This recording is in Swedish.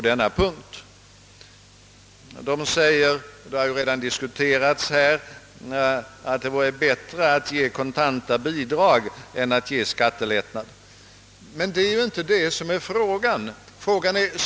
Socialdemokraterna anser, vilket här redan framgått av debatten, att det vore bättre att lämna kontanta bidrag än att ge en skattelättnad. Men det är ju inte det saken gäller.